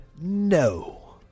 no